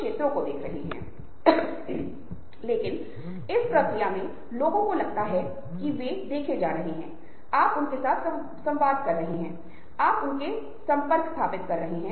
चार को k के साथ नेटवर्क किया गया है l 5 को आपके साथ तीन को वाई एक्स और आप से नेटवर्क है